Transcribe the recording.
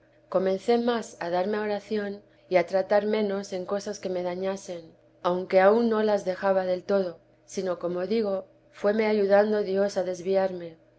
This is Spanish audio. comencé más a darme a oración y a tratar menos en cosas que me dañasen aunque aun no las dejaba del todo sino como digo fuéme ayudando dios a desviarme